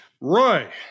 Roy